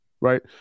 right